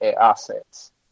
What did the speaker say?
assets